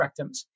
rectums